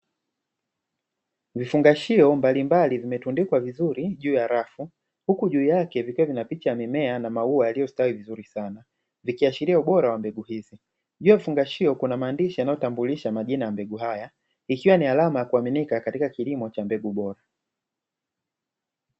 Vifungashio mbalimbali vimetundikwa vizuri juu ya rafu, huku juu yake vikiwa vina picha ya mimea na maua yaliyostawi vizuri sana, vikiashiria ubora wa mbegu hizi; juu ya vifungashio kuna maandishi yanayotambulisha majina ya mbegu haya, ikiwa ni alama ya kuaminika katika kilimo cha mbegu bora.